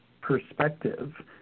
perspective